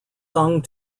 sung